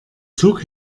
zug